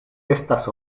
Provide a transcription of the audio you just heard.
estas